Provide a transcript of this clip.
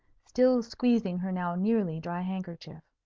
still squeezing her now nearly dry handkerchief.